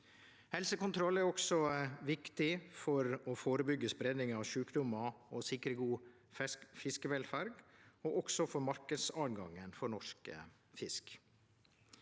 Helsekontroll er også viktig for å førebyggje spreiing av sjukdomar og sikre god fiskevelferd, og for marknadstilgangen for norsk fisk.